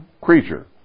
creature